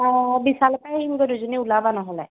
অঁ বিশালৰ পৰা আহিমগৈ দুজনী ওলাব নহ'লে